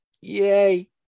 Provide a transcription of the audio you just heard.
Yay